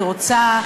אני רוצה,